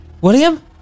William